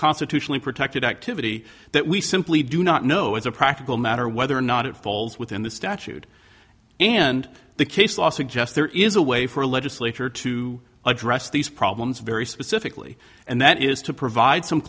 constitutionally protected activity that we simply do not know as a practical matter whether or not it falls within the statute and the case law suggests there is a way for a legislature to address these problems very specifically and that is to provide some